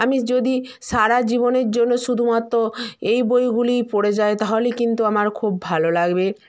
আমি যদি সারা জীবনের জন্য শুদুমাত্র এই বইগুলিই পড়ে যায় তাহলে কিন্তু আমার খুব ভালো লাগবে